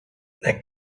their